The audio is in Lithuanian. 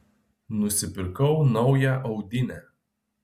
nusipirkau naują audinę